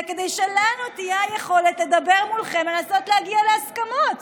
כדי שלנו תהיה היכולת לדבר מולכם ולנסות להגיע להסכמות.